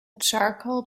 charcoal